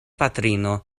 patrino